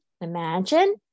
Imagine